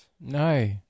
No